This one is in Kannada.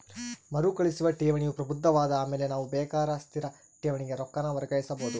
ಮರುಕಳಿಸುವ ಠೇವಣಿಯು ಪ್ರಬುದ್ಧವಾದ ಆಮೇಲೆ ನಾವು ಬೇಕಾರ ಸ್ಥಿರ ಠೇವಣಿಗೆ ರೊಕ್ಕಾನ ವರ್ಗಾಯಿಸಬೋದು